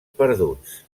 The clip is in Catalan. perduts